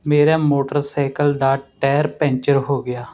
ਮੇਰੇ ਮੋਟਰਸਾਈਕਲ ਦਾ tyre puncture ਹੋ ਗਿਆ